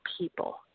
people